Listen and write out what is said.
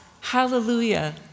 hallelujah